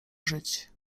żyć